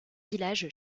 village